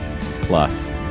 Plus